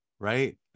right